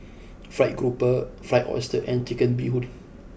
Fried Grouper Fried Oyster and Chicken Bee Hoon